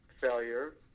failure